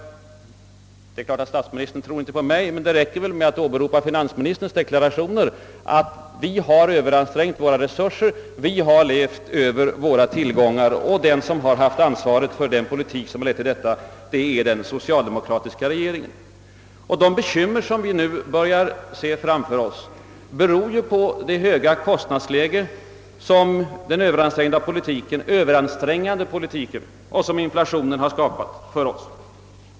Det är klart att inte statsministern tror på mig, men det räcker väl att åberopa finansministerns deklarationer att vi överansträngt resurserna och »levt över tillgångarna» — och den som har haft ansvaret för den politik som lett till detta är den socialdemokratiska regeringen. De bekymmer som vi nu börjar se framför oss beror bl.a. på det höga kostnadsläge som den överansträngande politiken och inflationen har skapat.